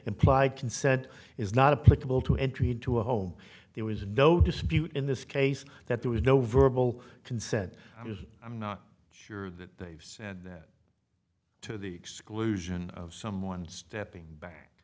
implied consent is not a political to entry to a home there is no dispute in this case that there was no verbal consent is i'm not sure that they've said that to the exclusion of someone stepping back